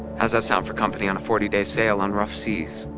does that sound for company on a forty day sail on rough seas?